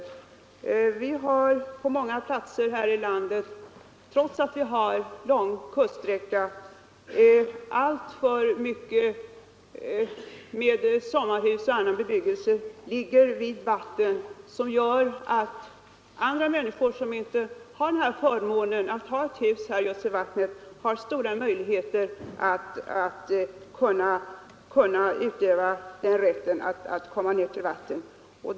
Trots att vi har lång kuststräcka ligger på många platser här i landet alltför många sommarhus och annan bebyggelse vid vatten — vilket gör att människor som inte har förmånen att ha hus just vid vatten inte har stora möjligheter att utöva rätten att komma ned till stränderna.